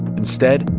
instead,